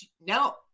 now